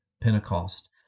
Pentecost